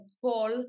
call